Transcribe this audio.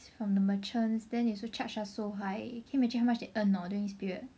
from the merchants then they also charge us so high cannot imagine how much they earn you know during this period